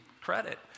credit